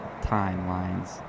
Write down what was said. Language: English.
timelines